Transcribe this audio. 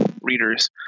readers